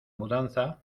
mudanza